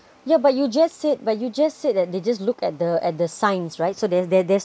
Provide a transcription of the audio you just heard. yeah but you just said but you just said that they just look at the at the signs right so there's there there's